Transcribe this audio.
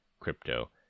crypto